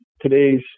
today's